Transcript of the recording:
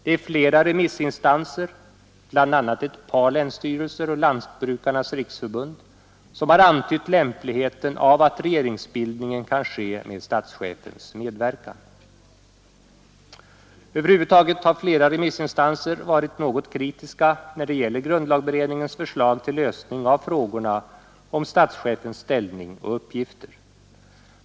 Det är flera remissinstanser, bl.a. ett par länsstyrelser och Lantbrukarnas riksförbund, som har antytt lämpligheten av att regeringsbildningen kan ske med statschefens medverkan. Över huvud taget har flera remissinstanser varit kritiska när det gäller grundlagberedningens förslag till lösning av frågorna om statschefens ställning och uppgifter.